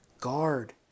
guard